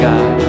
God